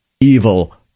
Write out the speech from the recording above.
evil